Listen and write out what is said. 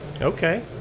Okay